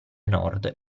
nord